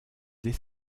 dès